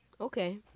Okay